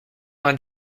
vingt